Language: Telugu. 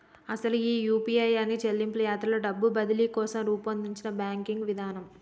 అసలు ఈ యూ.పీ.ఐ అనేది చెల్లింపు యాత్రలో డబ్బు బదిలీ కోసం రూపొందించిన బ్యాంకింగ్ విధానం